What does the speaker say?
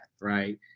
right